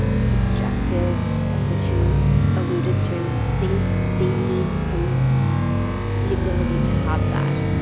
subjective of which you eluded to, they they need some the ability to have that.